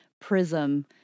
prism